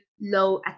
low